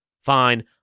Fine